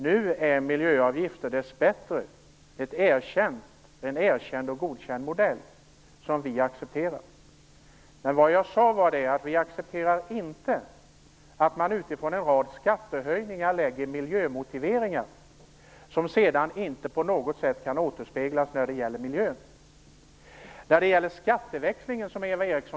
Nu är miljöavgifter dess bättre en erkänd och godkänd modell som man accepterar. Men vi moderater accepterar inte att man utifrån en rad skattehöjningar lägger miljömotiveringar som sedan inte på något sätt kan återspeglas när det gäller miljön. Eva Eriksson tog upp frågan om skatteväxling.